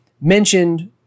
mentioned